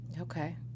Okay